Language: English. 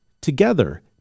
together